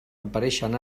apareixen